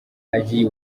agiye